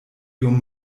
iom